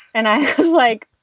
and i was like,